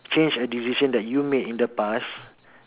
change a decision that you made in the past